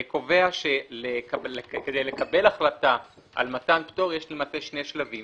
קובע כדי לקבל החלטה על מתן פטור יש למעשה שני שלבים.